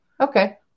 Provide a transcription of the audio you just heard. Okay